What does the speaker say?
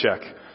check